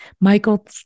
michael